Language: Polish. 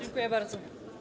Dziękuję bardzo.